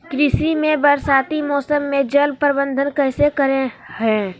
कृषि में बरसाती मौसम में जल प्रबंधन कैसे करे हैय?